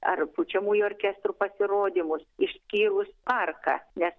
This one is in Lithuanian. ar pučiamųjų orkestrų pasirodymus išskyrus parką nes